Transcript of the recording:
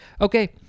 Okay